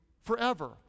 forever